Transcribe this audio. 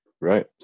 right